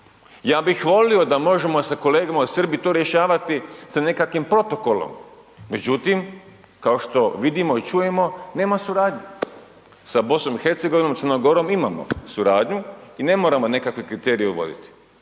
Ja bih volio da možemo sa kolegama u Srbiji to rješavati sa nekakvim protokolom, međutim, kao što vidimo i čujemo nema suradnje, sa BiH, Crnom Gorom imamo suradnju i ne moramo nekakve kriterije uvoditi.